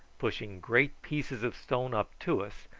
pushing great pieces of stone up to us,